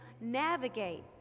navigate